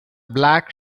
black